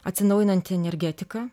atsinaujinanti energetika